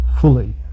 fully